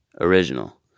Original